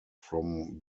from